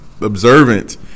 observant